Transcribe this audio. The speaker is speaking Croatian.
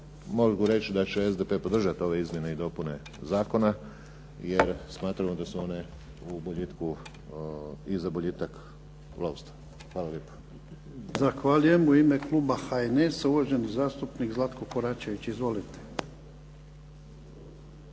mogu reći da će SDP podržati ove izmjene i dopune zakona jer smatramo da su one u boljitku i za boljitak lovstva. Hvala lijepo. **Jarnjak, Ivan (HDZ)** Zahvaljujem. U ime kluba HNS-a, uvaženi zastupnik Zlatko Koračević. Izvolite.